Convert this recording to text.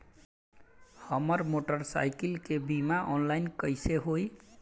हमार मोटर साईकीलके बीमा ऑनलाइन कैसे होई?